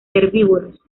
herbívoros